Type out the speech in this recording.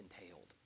entailed